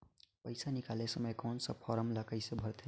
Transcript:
पइसा निकाले समय कौन सा फारम ला कइसे भरते?